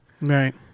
Right